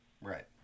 Right